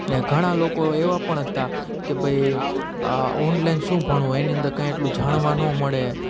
અને ઘણા લોકો એવા પણ હતા કે ભાઈ ઓનલાઈન શું ભણવું હોય એની અંદર કંઈ એટલું જાણવા ન મળે